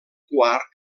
quart